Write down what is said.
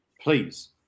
please